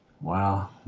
Wow